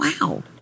Wow